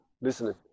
listening